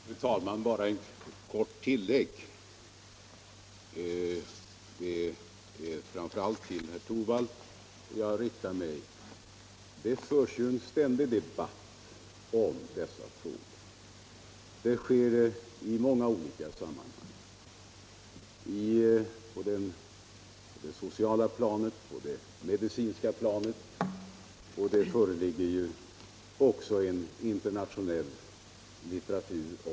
Fru talman! Bara ett kort tillägg. Det är framför allt till herr Torwald Jag riktar mig. Det förs ju en ständig debatt i dessa frågor i många olika sammanhang —- på det sociala planet, på det medicinska planet — och det föreligger också en internationell litteratur om dem.